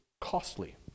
costly